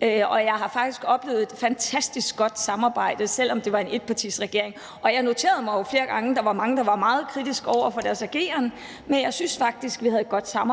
Jeg oplevede faktisk et fantastisk godt samarbejde, selv om det var en etpartiregering, og jeg noterede mig jo flere gange, at der var mange, der var meget kritiske over for dens ageren, men jeg synes faktisk, vi havde et godt samarbejde.